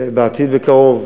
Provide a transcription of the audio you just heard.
בעתיד, בקרוב,